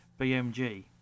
BMG